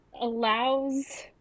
allows